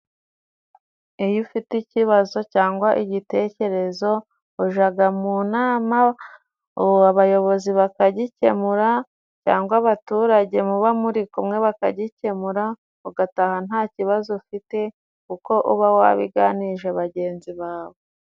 Iyo ufite ikibazo cyangwa igitekerezo ujaga mu nama abayobozi bakagikemura cyangwa abaturage muba muri kumwe bakagikemura, ugataha nta kibazo ufite kuko uba wabiganirije bagenzi bawe.